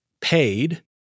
paid